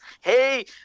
hey